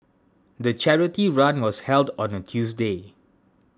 the charity run was held on a Tuesday